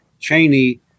Cheney